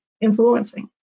influencing